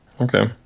Okay